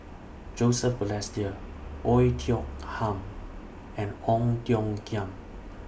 Joseph Balestier Oei Tiong Ham and Ong Tiong Khiam